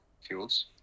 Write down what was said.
fuels